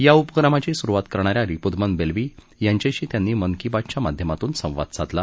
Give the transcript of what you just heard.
या उपक्रमाची सुरुवात करणाऱ्या रिपुदमन बेल्वी यांच्याशी त्यांनी मन की बात च्या माध्यमातून संवाद साधला